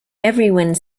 everyone